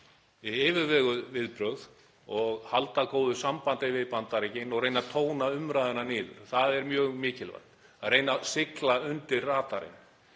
yfirveguð viðbrögð og halda góðu sambandi við Bandaríkin, reyna að tóna umræðuna niður, það er mjög mikilvægt, og reyna að sigla undir radarinn.